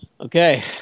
Okay